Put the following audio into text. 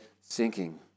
sinking